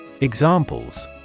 Examples